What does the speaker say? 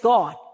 God